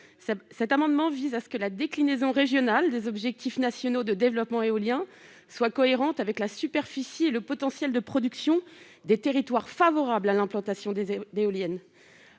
Cet amendement vise à ce que la déclinaison régionale des objectifs nationaux de développement éolien soit cohérente avec la superficie et le potentiel de production des territoires favorables à l'implantation d'éoliennes.